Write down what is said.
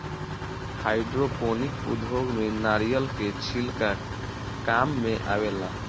hydroponic उद्योग में नारिलय के छिलका काम मेआवेला